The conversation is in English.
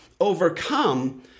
overcome